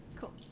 cool